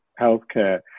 healthcare